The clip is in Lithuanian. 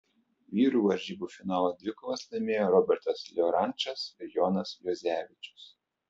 vyrų varžybų finalo dvikovas laimėjo robertas liorančas ir jonas juozevičius